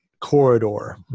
corridor